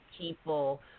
people